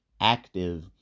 active